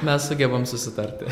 mes sugebam susitarti